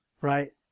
right